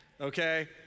okay